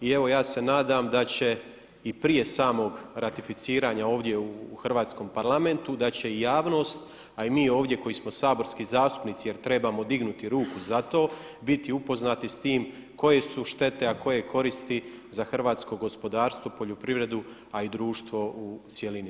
I evo ja se nadam da će i prije samog ratificiranja ovdje u Hrvatskom parlamentu da će i javnost a i mi ovdje koji smo saborski zastupnici jer trebamo dignuti ruku za to biti upoznati s time koje su štete a koje koristi za hrvatsko gospodarstvo, poljoprivredu a i društvo u cjelini.